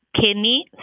kidney